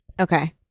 Okay